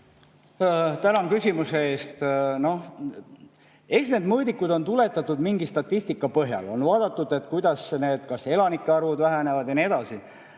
Tänan küsimuse eest! Eks need mõõdikuid on tuletatud mingi statistika põhjal. On vaadatud, kuidas elanike arvud vähenevad, ja nii edasi.